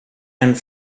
and